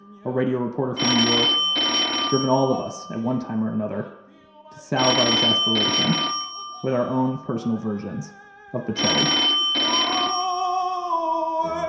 a radio reporter from new york driven all of us at one time or another to salve our exasperation with our own personal versions of bocelli oh,